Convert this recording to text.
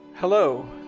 Hello